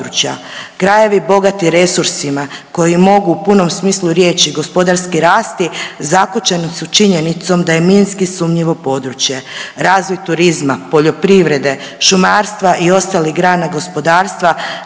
Krajevi bogati resursima koji mogu u punom smislu riječi gospodarski rasti zakočeni su činjenicom da je minski sumnjivo područje. Razvoj turizma, poljoprivrede, šumarstva i ostalih grana gospodarstva